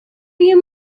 you